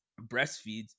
breastfeeds